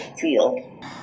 field